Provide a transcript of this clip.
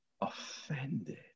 offended